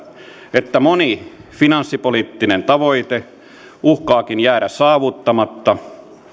että moni finanssipoliittinen tavoite uhkaakin jäädä saavuttamatta